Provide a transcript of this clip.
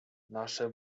nasze